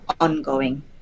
ongoing